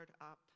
up